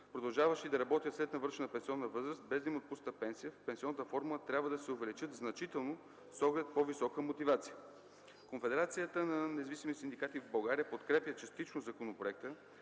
продължаващи да работят след навършването на пенсионната възраст, без да им е отпусната пенсия, в пенсионната формула трябва да се увеличат значително с оглед на по-висока мотивация. Конфедерацията на независимите синдикати в България подкрепя частично законопроекта